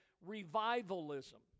revivalism